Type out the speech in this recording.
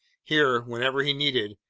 here, whenever he needed,